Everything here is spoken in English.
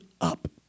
up